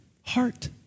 heart